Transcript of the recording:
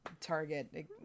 target